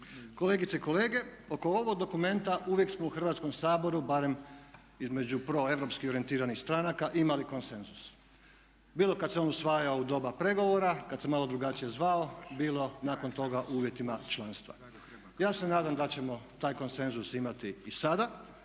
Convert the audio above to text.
Kolegice i kolege oko ovog dokumenta uvijek smo u Hrvatskom saboru barem između proeuropski orijentiranih stranaka imali konsenzus bilo kad se on usvajao u doba pregovora, kad se malo drugačije zvao, bilo nakon toga u uvjetima članstva. Ja se nadam da ćemo taj konsenzus imati i sada.